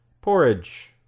Porridge